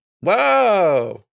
Whoa